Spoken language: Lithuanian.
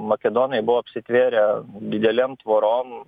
makedonai buvo apsitvėrę didelėm tvorom